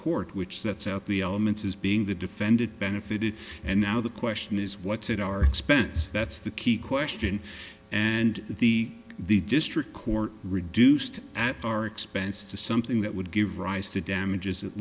court which sets out the elements as being the defendant benefited and now the question is what's at our expense that's the key question and the the district court reduced at our expense to something that would give rise to damages